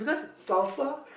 salsa